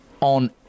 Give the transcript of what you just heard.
on